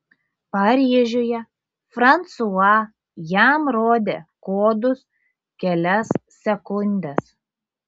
paryžiuje fransua jam rodė kodus kelias sekundes